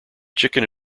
chicken